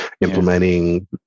implementing